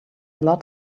lot